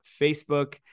Facebook